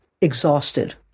exhausted